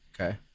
Okay